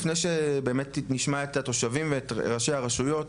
לפני שבאמת נשמע את התושבים ואת ראשי הרשויות,